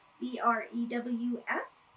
b-r-e-w-s